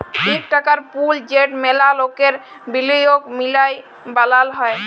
ইক টাকার পুল যেট ম্যালা লকের বিলিয়গ মিলায় বালাল হ্যয়